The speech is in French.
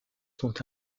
sont